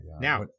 Now